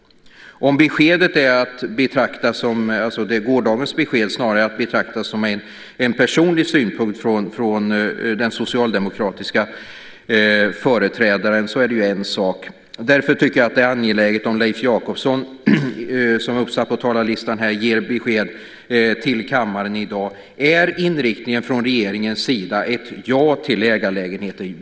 Om gårdagens besked snarare är att betrakta som en personlig synpunkt från den socialdemokratiska företrädaren är det en sak. Därför tycker jag att det är angeläget att Leif Jakobsson, som är uppsatt på talarlistan, ger besked till kammaren i dag. Är inriktningen från regeringens sida ett ja till ägarlägenheter?